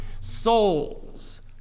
souls